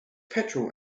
petrol